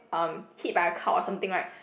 um hit by a car or something right